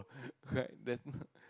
right then